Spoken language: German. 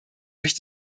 durch